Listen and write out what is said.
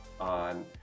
on